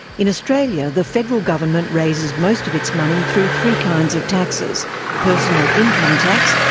in australia, the federal government raises most of its money through three kinds of taxes personal income tax,